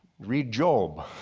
read job